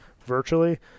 virtually